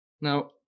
Now